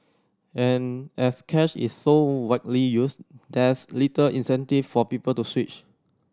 and as cash is so widely used there's little incentive for people to switch